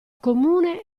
comune